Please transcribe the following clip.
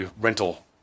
rental